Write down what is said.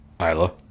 Isla